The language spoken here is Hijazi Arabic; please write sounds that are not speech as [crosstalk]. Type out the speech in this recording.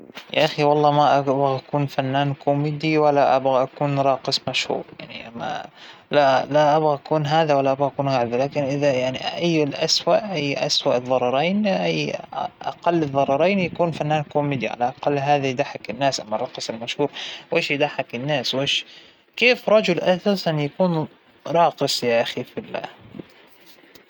والله ترانى ما أبى أكون فنانة كوميدية ولا راقصة مشهورة، لما هو لأنه مانى جيدة أصلاً لا بالكوميديا ولا بالتمثيل ولا بالفن عموماً، [hesitation] لكن أفضل أكون رزينة بتعاملى شوى، مو شوى كثير رزينة وهادية، فما أعتقد أن هاى الأماكن ختصة بيا ابداً مو لألى.